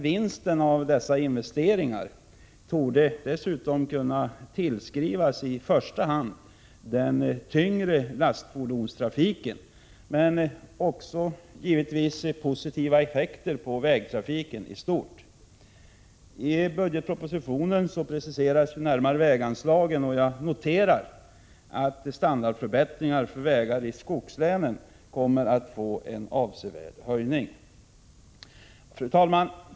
Vinsten av dessa investeringar torde dessutom kunna tillskrivas i första hand den tyngre lastfordonstrafiken. Men de ger också givetvis positiva effekter för vägtrafiken i stort. I budgetpropositionen preciseras väganslagen närmare, och jag noterar att standarden på vägar i skogslänen kommer att höjas avsevärt. Fru talman!